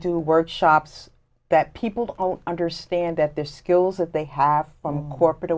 do workshops that people don't understand that their skills that they have on corporate